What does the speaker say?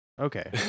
Okay